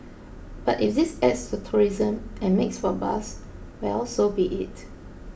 but if this adds to tourism and makes for buzz well so be it